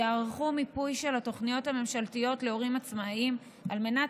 יערכו מיפוי של התוכניות הממשלתיות להורים עצמאיים על מנת